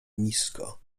nisko